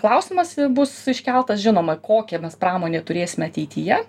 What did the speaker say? klausimas bus iškeltas žinoma kokią mes pramonė turėsime ateityje